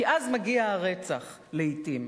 כי אז מגיע הרצח, לעתים.